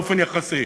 באופן יחסי.